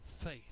Faith